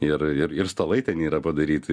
ir ir ir stalai ten yra padaryti